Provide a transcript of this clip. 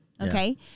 okay